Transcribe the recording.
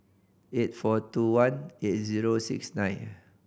eight four two one eight zero six nine